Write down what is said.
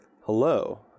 Hello